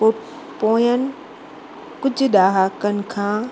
पो पोयनि कुझु ॾहाकनि खां